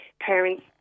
parents